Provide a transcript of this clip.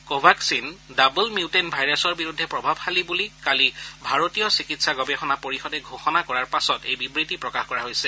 Covaxin double mutant ভাইৰাছৰ বিৰুদ্ধে প্ৰভাৱশালী বুলি কালি ভাৰতীয় চিকিৎসা গৱেষণা পৰিষদে ঘোষণা কৰাৰ পাছত এই বিবৃতি প্ৰকাশ কৰা হৈছে